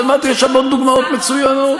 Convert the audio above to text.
אמרתי, יש המון דוגמאות מצוינות.